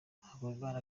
havugimana